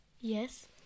Yes